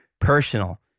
personal